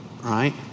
right